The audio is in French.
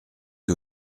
que